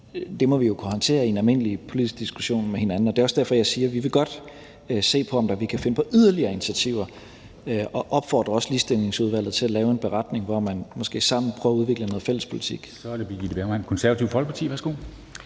det må vi jo kunne håndtere i en almindelig politisk diskussion med hinanden. Og det er også derfor, jeg siger, at vi godt vil se på, om vi kan finde yderligere initiativer, og også opfordrer Ligestillingsudvalget til at lave en beretning, hvor man måske sammen prøver at udvikle noget fælles politik. Kl. 10:12 Formanden (Henrik Dam